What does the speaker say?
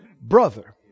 brother